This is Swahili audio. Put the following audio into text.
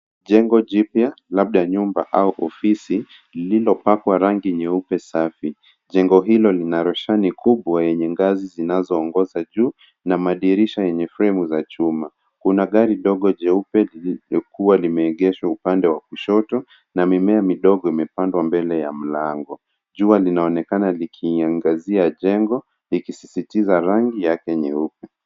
Jengo jipya labda nyumba au ofisi lililopakwa rangi nyeupe safi. Jengo hilo lina roshani kubwa yenye ngazi zinazoongoza juu, na madirisha yenye fremu za chuma. Kuna gari dogo jeupe lililokuwa limeegezwa upande wa kushoto na mimea midogo imepandwa mbele ya mlango. Jua linaonekana likiangazia jeng likisisitiza rangi yake nyeupe.